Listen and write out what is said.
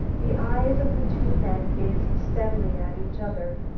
the eyes of the two men gazed steadily at each other.